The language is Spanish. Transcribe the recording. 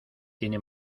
tiene